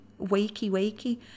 wakey-wakey